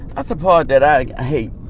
that's the part that i hate